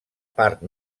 part